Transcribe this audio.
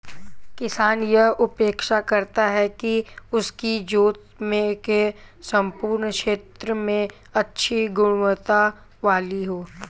किसान यह अपेक्षा करता है कि उसकी जोत के सम्पूर्ण क्षेत्र में अच्छी गुणवत्ता वाली हो